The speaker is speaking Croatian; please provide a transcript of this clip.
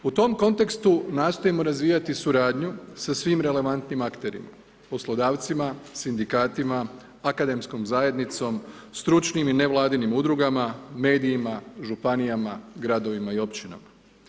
U tom kontekstu nastojimo razvijati suradnju sa svim relevantnim akterima, poslodavcima, sindikatima, akademskom zajednicom, stručnim i ne vladinim udrugama, medijima, županijama, gradovima i općinama.